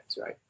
right